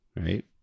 right